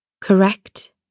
Correct